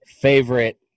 favorite